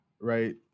right